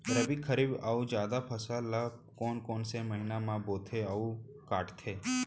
रबि, खरीफ अऊ जादा फसल ल कोन कोन से महीना म बोथे अऊ काटते?